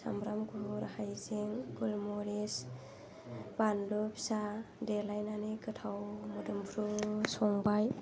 सामब्राम गु्फुर हाइजें गलमरिस बानलु फिसा देलायनानै गोथाव मोदोमफ्रु संबाय